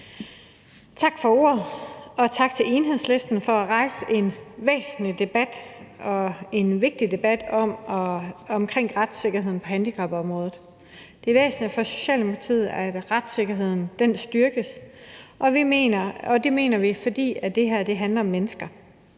fru formand, og tak til Enhedslisten for at rejse en væsentlig og vigtig debat omkring retssikkerheden på handicapområdet. Det er væsentligt for Socialdemokratiet, at retssikkerheden styrkes, og det mener vi, fordi det her handler om mennesker.